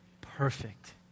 perfect